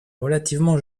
relativement